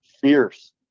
fierce